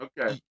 Okay